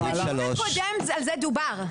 סעיף 3. בדיון הקודם על זה דובר.